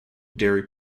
dairy